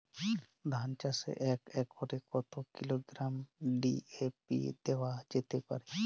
ধান চাষে এক একরে কত কিলোগ্রাম ডি.এ.পি দেওয়া যেতে পারে?